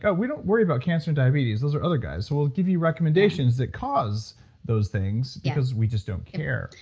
ah we don't worry about cancer and diabetes those are other guys, so we'll give you recommendations that cause those things because we just don't care.